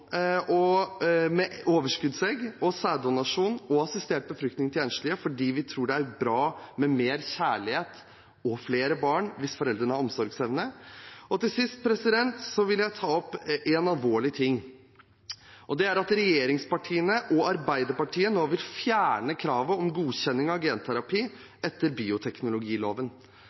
eggdonasjon med overskuddsegg, og sæddonasjon og assistert befruktning til enslige, fordi vi tror det er bra med mer kjærlighet og flere barn, hvis foreldrene har omsorgsevne. Til sist vil jeg ta opp en alvorlig ting. Det er at regjeringspartiene og Arbeiderpartiet nå vil fjerne kravet om godkjenning av genterapi etter bioteknologiloven.